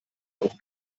auf